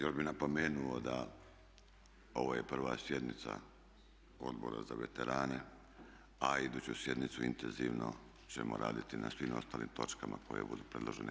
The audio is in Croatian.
Još bih napomenuo da ovo je prva sjednica Odbora za veterane, a iduću sjednicu intenzivno ćemo raditi na svim ostalim točkama koje budu predložene.